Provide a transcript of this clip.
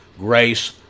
grace